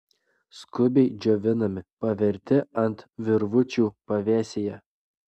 skubiai džiovinami paverti ant virvučių pavėsyje